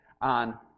on